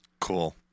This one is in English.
Cool